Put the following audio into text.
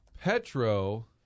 Petro